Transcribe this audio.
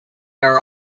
are